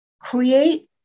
create